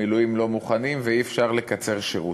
המילואים לא מוכנים ואי-אפשר לקצר שירות.